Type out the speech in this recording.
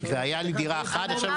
והייתה לי דירה אחת ועכשיו --- אבל,